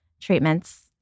treatments